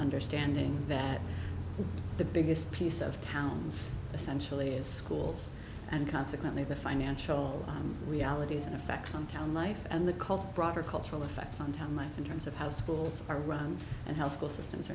understanding that the biggest piece of towns essentially is schools and consequently the financial realities and effects on town life and the cult broader cultural effects on town life in terms of how schools are run and how school systems